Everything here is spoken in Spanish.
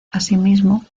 asimismo